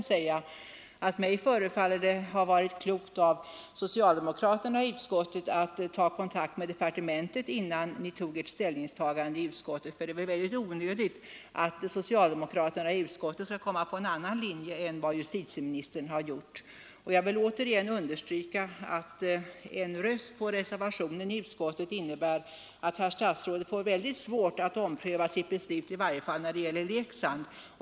Jag skulle i detta sammanhang vilja säga att mig förefaller det som om det hade varit klokt av socialdemokraterna i utskottet att ta kontakt med departementet innan de gjorde sitt ställningstagande i utskottet. Det var onödigt att socialdemokraterna i utskottet skulle följa en annan linje än justitieministern gjort. Jag vill återigen understryka att en röst på reservationen i betänkandet innebär att herr statsrådet får mycket svårt att ompröva sitt beslut i varje fall när det gäller Leksand.